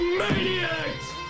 maniacs